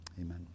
Amen